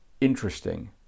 interesting